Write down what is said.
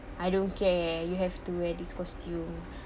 I don't care you have to wear this costume